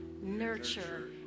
nurture